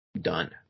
Done